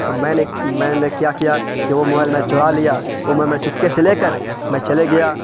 تو میں نے میں نے کیا کیا کہ وہ موبائل میں چرا لیا وہ میں میں چپکے سے لے کر میں چلے گیا